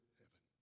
heaven